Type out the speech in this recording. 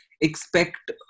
expect